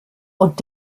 und